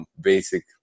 basic